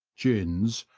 gins,